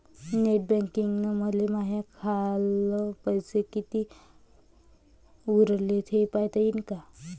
Net बँकिंगनं मले माह्या खाल्ल पैसा कितीक उरला थे पायता यीन काय?